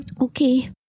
Okay